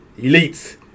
elites